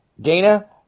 Dana